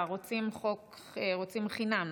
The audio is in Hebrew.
רוצים חוק חינוך חינם?